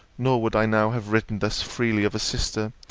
nor would i now have written thus freely of a sister,